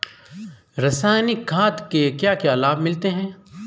रसायनिक खाद के क्या क्या लाभ मिलते हैं?